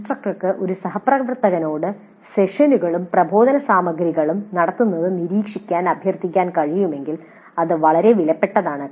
ഇൻസ്ട്രക്ടർക്ക് ഒരു സഹപ്രവർത്തകനോട് സെഷനുകളും പ്രബോധന സാമഗ്രികളും നടത്തുന്നത് നിരീക്ഷിക്കാൻ അഭ്യർത്ഥിക്കാൻ കഴിയുമെങ്കിൽ ഇത് വളരെ വിലപ്പെട്ടതാണ്